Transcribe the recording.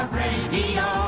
radio